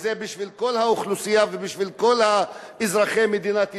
שזה בשביל כל האוכלוסייה ובשביל כל אזרחי מדינת ישראל.